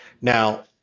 Now